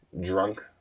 drunk